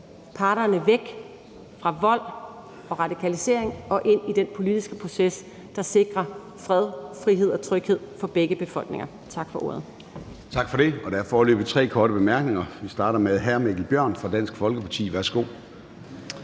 parterne væk fra vold og fra radikalisering og ind i den politiske proces, der sikrer fred, frihed og tryghed for begge befolkninger. Tak for ordet. Kl. 13:54 Formanden (Søren Gade): Tak for det. Og der er foreløbig tre korte bemærkninger. Vi starter med hr. Mikkel Bjørn fra Dansk Folkeparti. Værsgo.